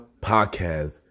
Podcast